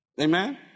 Amen